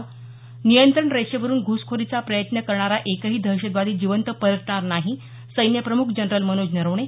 स नियंत्रण रेषेवरून घ्सखोरीचा प्रयत्न करणारा एकही दहशतवादी जिवंत परतणार नाही सैन्यप्रमुख जनरल मनोज नरवणे